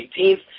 18th